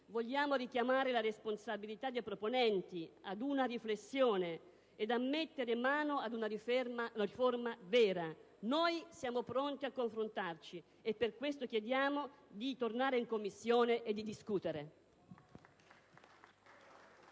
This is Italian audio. vogliamo richiamare la responsabilità dei proponenti ad una riflessione e a mettere mano ad una riforma vera. Siamo pronti a confrontarci, e per questo chiediamo di rinviare il disegno di legge